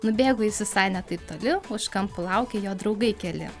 nubėgo jis visai ne taip toli už kampo laukė jo draugai keli